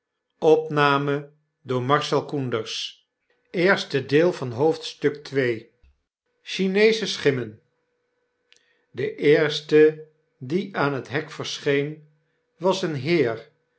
chineesche schimmen de eerste die aan het hek verscheen was een heer